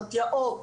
מתי"אות.